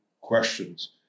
questions